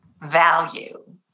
value